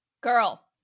Girl